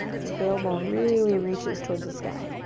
tailbone really reaches towards the sky.